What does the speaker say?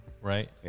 Right